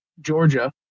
Georgia